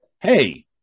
Hey